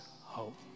hope